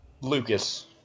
Lucas